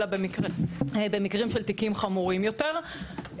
אלא במקרים של תיקים חמורים יותר.